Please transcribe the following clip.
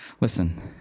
Listen